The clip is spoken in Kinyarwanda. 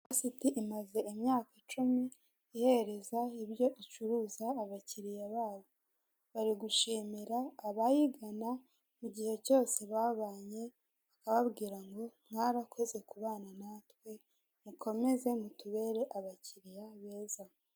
Siti imaze imyaka icumi ihereza ibyo icuruza abakiriya bayo. Bari gushimira abayigana, mu gihe cyose babanye, bababwira ngo :"mwarakoze kubana natwe, mukomeze mutubere abakiriya beza."